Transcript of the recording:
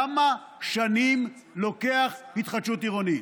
כמה שנים לוקחת התחדשות עירונית?